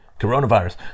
coronavirus